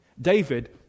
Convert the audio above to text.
David